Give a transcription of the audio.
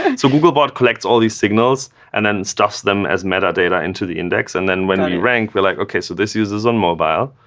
and so googlebot collects all these signals and then stuff them, as metadata into the index. and then when we rank, we're like, so this user's on mobile,